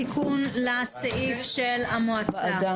התיקון לסעיף של המועצה